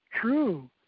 true